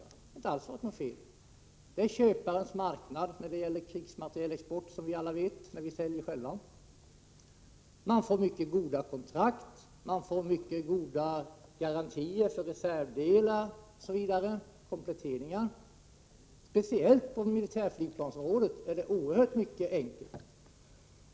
Det hade inte alls varit något fel i det. Inom handeln med krigsmateriel råder, som alla vet, köparens marknad, t.ex. när vi säljer själva. Man får mycket goda kontrakt, mycket goda garantier för reservdelar, kompletteringar osv. Speciellt på militärflygplansområdet är det oerhört enkelt.